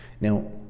Now